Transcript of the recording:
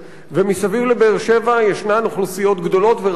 מסביב לבאר-שבע ישנן אוכלוסיות גדולות ורבות.